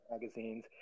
magazines